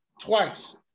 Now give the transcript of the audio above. twice